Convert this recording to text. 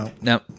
no